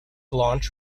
launch